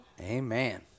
Amen